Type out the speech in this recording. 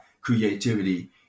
creativity